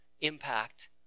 impact